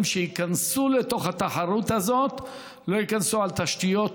שייכנסו לתוך התחרות הזאת לא ייכנסו על תשתיות